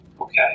Okay